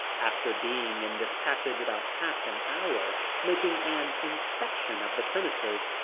after being in this passage about half an hour making an inspection of the premises,